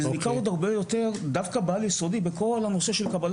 זה ניכר עוד הרבה יותר דווקא בעל-יסודי בכל הנושא של קבלה